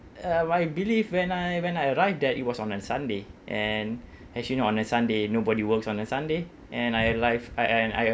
um I believe when I when I arrive there it was on a sunday and as you know on a sunday nobody works on a sunday and I arrive I and I uh